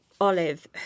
Olive